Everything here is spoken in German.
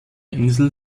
insel